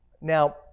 Now